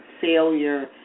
Failure